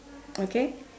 okay